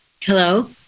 Hello